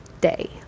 day